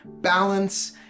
balance